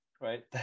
Right